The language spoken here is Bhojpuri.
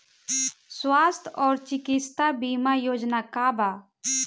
स्वस्थ और चिकित्सा बीमा योजना का बा?